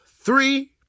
three